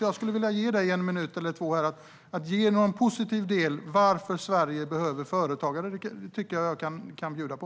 Jag skulle vilja att du under en minut säger någonting positivt om varför Sverige behöver företagare. Det tycker jag att jag kan bjuda på.